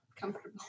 comfortable